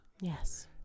yes